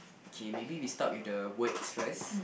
okay maybe we start with the words first